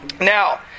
Now